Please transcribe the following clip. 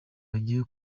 bagiye